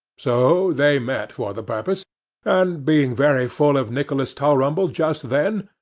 so, they met for the purpose and being very full of nicholas tulrumble just then,